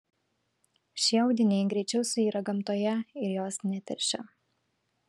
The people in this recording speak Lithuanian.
šie audiniai greičiau suyra gamtoje ir jos neteršia